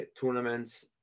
tournaments